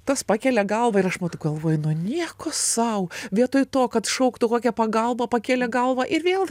tas pakelia galvą ir aš matau galvoju nu nieko sau vietoj to kad šauktų kokią pagalbą pakėlė galvą ir vėl